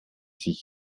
sich